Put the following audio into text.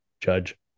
judge